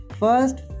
First